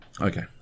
Okay